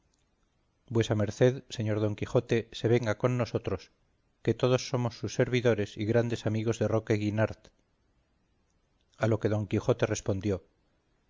vuesa merced señor don quijote se venga con nosotros que todos somos sus servidores y grandes amigos de roque guinart a lo que don quijote respondió